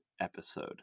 episode